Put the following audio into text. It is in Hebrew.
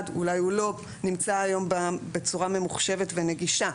ואולי הוא לא נמצא היום בצורה ממוחשבת ונגישה,